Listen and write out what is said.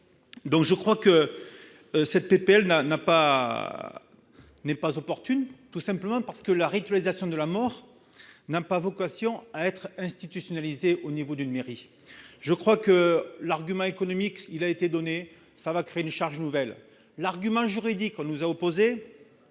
donc je crois que cette PPL n'a, n'a pas, n'est pas opportune, tout simplement parce que la ritualisation de la mort n'a pas vocation à être institutionnalisé au niveau d'une mairie, je crois que l'argument économique, il a été donné, ça va créer une charge nouvelle l'argument juridique : on nous a opposé